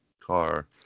car